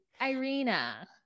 Irina